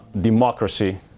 democracy